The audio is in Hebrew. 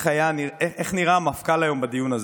איך נראה המפכ"ל היום בדיון הזה.